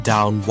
Down